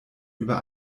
über